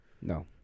No